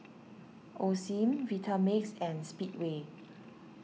Osim Vitamix and Speedway